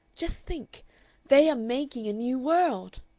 just think they are making a new world!